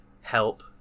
help